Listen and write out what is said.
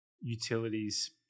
utilities